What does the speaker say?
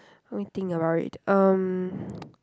let me think about it um